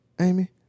Amy